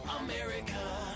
America